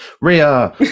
Ria